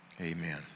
amen